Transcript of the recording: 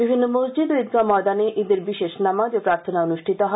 বিভিন্ন মসজিদ ও ঈদগাহ ময়দানে ঈদের বিশেষ নামাজ ও প্রার্থনা অনুষ্ঠিত হয়